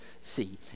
see